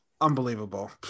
Unbelievable